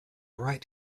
right